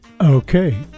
Okay